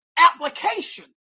application